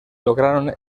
lograron